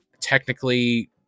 technically